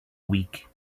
week